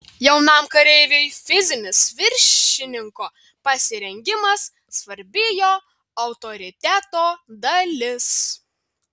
jaunam kareiviui fizinis viršininko pasirengimas svarbi jo autoriteto dalis